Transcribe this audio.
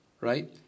right